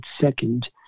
second